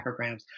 micrograms